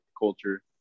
culture